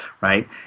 right